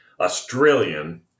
Australian